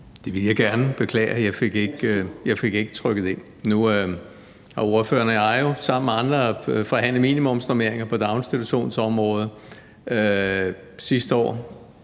Det vil jeg gerne. Beklager, at jeg ikke fik trykket mig ind. Nu har ordføreren og jeg jo sammen med andre forhandlet minimumsnormeringer på daginstitutionsområdet sidste år,